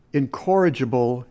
incorrigible